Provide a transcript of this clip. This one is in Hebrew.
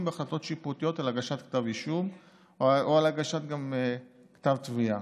בהחלטות שיפוטיות על הגשת כתב אישום או על הגשת כתב תביעה,